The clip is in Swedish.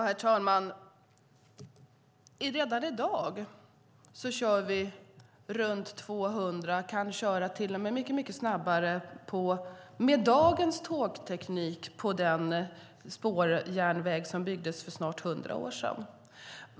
Herr talman! Redan i dag kör vi runt 250 kilometer i timmen och kan till och med köra mycket snabbare med dagens tågteknik på den spårjärnväg som byggdes för snart hundra år sedan.